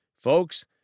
Folks